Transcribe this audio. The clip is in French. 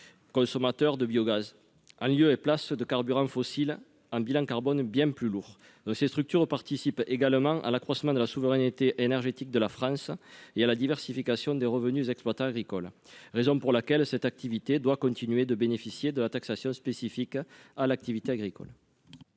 consommateurs de biogaz, en lieu et place de carburants fossiles, au bilan carbone bien plus lourd. Ces structures participent également à l'accroissement de la souveraineté énergétique de la France et à la diversification des revenus des exploitants agricoles. C'est pourquoi cette activité doit continuer de bénéficier de la taxation spécifique à l'activité agricole.